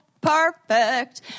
perfect